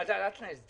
אתה מבין, תוך